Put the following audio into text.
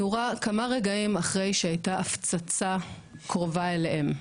הוא נורה כמה רגעים אחרי שהייתה הפצצה קרובה אליהם.